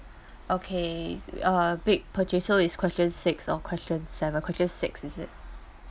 okay uh big purchase so is question six or question seven question six is it